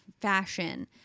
fashion